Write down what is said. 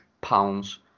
pounds